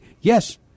Yes